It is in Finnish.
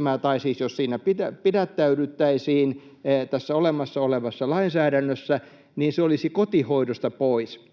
0,7:ää, tai siis jos siinä pidättäydyttäisiin tässä olemassa olevassa lainsäädännössä, se olisi kotihoidosta pois.